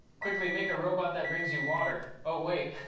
quickly, make a robot that brings you water. oh, wait.